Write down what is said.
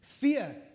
Fear